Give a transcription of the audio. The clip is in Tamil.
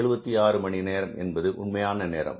376 மணி நேரம் என்பது உண்மையான நேரம்